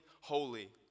holy